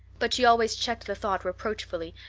but she always checked the thought reproachfully,